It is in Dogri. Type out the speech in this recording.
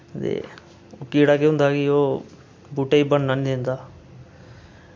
ते कीड़ा केह् होंदा कि ओह् बूह्टे ई बन्नन नि दिंदा